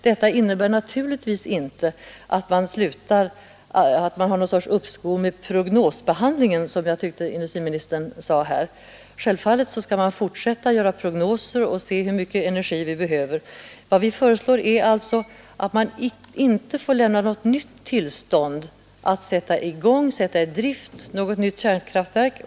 Detta innebär naturligtvis inte något slags uppskov med prognosbehandlingen, som jag tyckte att industriministern sade här. Självfallet skall man fortsätta att göra prognoser och se hur mycket energi vi behöver. Vad vi föreslår är alltså att man inte får lämna något nytt tillstånd att sätta i drift ett nytt kärnkraftverk.